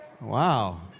Wow